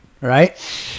right